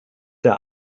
der